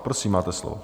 Prosím, máte slovo.